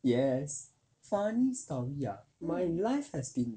yes funny story ah my life has been